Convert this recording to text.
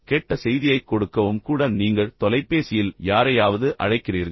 கெட்ட செய்தியைக் கொடுக்கவும் கூட நீங்கள் தொலைபேசியில் யாரையாவது அழைக்கிறீர்கள்